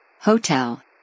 Hotel